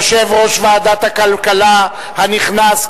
יושב-ראש ועדת הכלכלה הנכנס,